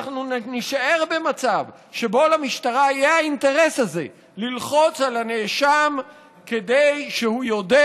אנחנו נישאר במצב שבו למשטרה יהיה אינטרס ללחוץ על הנאשם כדי שהוא יודה,